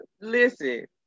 Listen